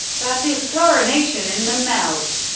that is chlorination in the melt.